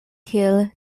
kiel